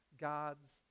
God's